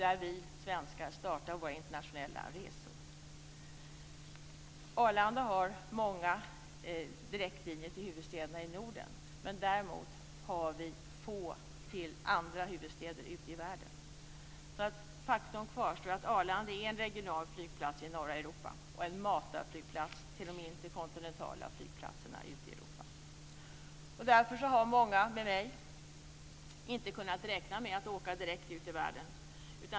Där startar vi svenskar våra internationella resor. Arlanda flygplats har många direktlinjer till huvudstäderna i Norden men har däremot få direktlinjer till andra huvudstäder i världen. Faktum kvarstår. Arlanda flygplats är en regional flygplats i norra Europa och en matarflygplats gentemot de interkontinentala flygplatserna ute i Europa. Därför har många med mig inte kunnat räkna med att åka direkt ut i världen.